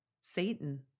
Satan